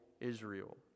Israel